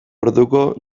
orduko